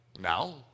Now